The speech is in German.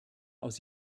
aus